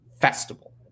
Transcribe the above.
festival